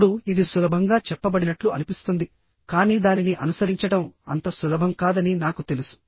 ఇప్పుడు ఇది సులభంగా చెప్పబడినట్లు అనిపిస్తుంది కానీ దానిని అనుసరించడం అంత సులభం కాదని నాకు తెలుసు